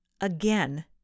again